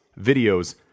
videos